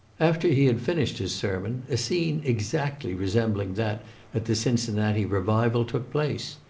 after he had finished his sermon, a scene exactly resembling that at the cincinnati revival, took place.